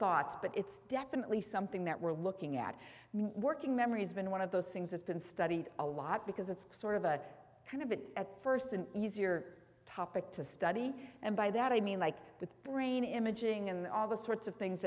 thoughts but it's definitely something that we're looking at working memory has been one of those things that's been studied a lot because it's sort of a kind of it at first an easier topic to study and by that i mean like with brain imaging and all the sorts of things